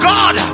God